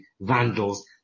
vandals